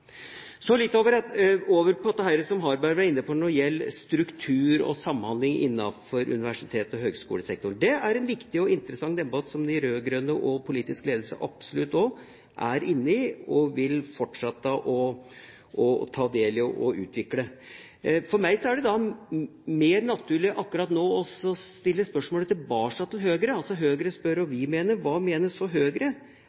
Så litt over til dette som Harberg var inne på når det gjelder struktur og samhandling innenfor universitets- og høyskolesektoren. Det er en viktig og interessant debatt som både de rød-grønne og absolutt også den politiske ledelsen er inne i og vil fortsette å ta del i og utvikle. For meg er det da mer naturlig akkurat nå å stille spørsmålet tilbake til Høyre. Høyre spør hva vi mener, og